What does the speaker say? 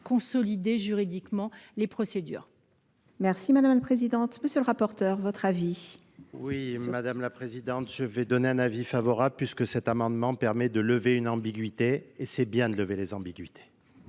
consolider juridiquement les procédures Mᵐᵉ la Présidente, M. le rapporteur, votre avis, oui, Mᵐᵉ la Présidente, je vais donner un avis favorable puisque cett amendement permet de lever une ambiguïté et c'est bien de lever les ambiguïtés.